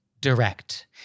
direct